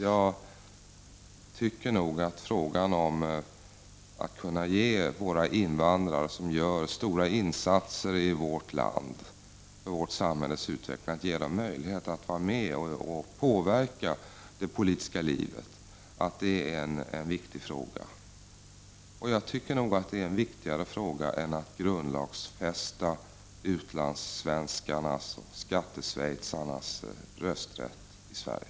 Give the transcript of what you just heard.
Jag tycker att det är en viktig fråga att ge våra invandrare, som gör stora insatser i vårt land för vårt samhälles utveckling, möjlighet att vara med och påverka det politiska livet. Jag tycker nog att den är viktigare än frågan om att grundlagsfästa utlandssvenskarnas, skatteschweizarnas, rösträtt i Sverige.